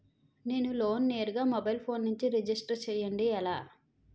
నేను లోన్ నేరుగా mobile phone నుంచి రిజిస్టర్ చేయండి ఎలా?